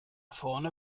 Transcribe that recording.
vorne